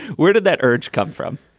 where did that urge come from?